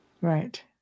Right